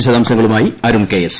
വിശദാംശങ്ങളുമായി Arun K S